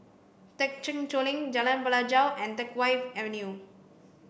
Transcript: Thekchen Choling Jalan Pelajau and Teck Whye Avenue